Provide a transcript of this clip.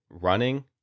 running